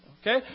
Okay